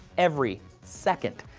every. second.